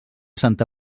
santa